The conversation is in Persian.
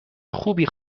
خوبی